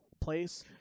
place